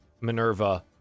Minerva